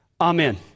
amen